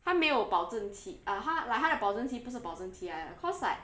它没有保证其 uh 它 like 它的保证其不是保证其来的 because like